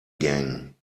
gang